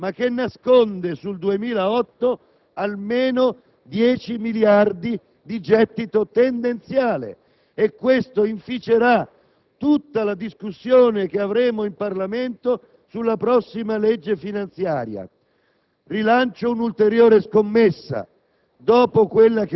coerentemente con la sottostima del 2007, ma che nasconde sul 2008 almeno 10 miliardi di gettito tendenziale. Ebbene, questo inficerà tutta la discussione che svolgeremo in Parlamento sulla prossima legge finanziaria.